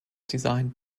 designed